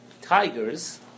tigers